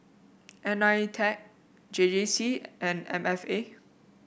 Nitec J J C and M F A